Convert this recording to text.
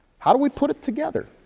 how do we put it together?